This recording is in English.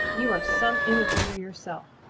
you are some imitator yourself.